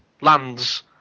lands